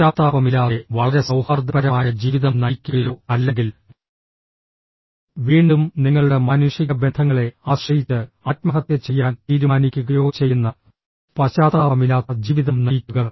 പശ്ചാത്താപമില്ലാതെ വളരെ സൌഹാർദ്ദപരമായ ജീവിതം നയിക്കുകയോ അല്ലെങ്കിൽ വീണ്ടും നിങ്ങളുടെ മാനുഷിക ബന്ധങ്ങളെ ആശ്രയിച്ച് ആത്മഹത്യ ചെയ്യാൻ തീരുമാനിക്കുകയോ ചെയ്യുന്ന പശ്ചാത്താപമില്ലാത്ത ജീവിതം നയിക്കുക